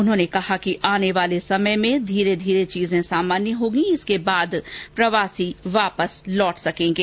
उन्होंने कहा कि आने वाले समय में धीरे धीरे चीजें सामान्य होंगी इसके बाद प्रवासी आसानी से गांव लौट सकेंगे